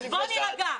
אז בוא נירגע.